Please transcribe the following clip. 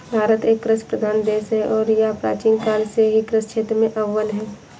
भारत एक कृषि प्रधान देश है और यह प्राचीन काल से ही कृषि क्षेत्र में अव्वल है